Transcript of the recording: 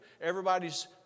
everybody's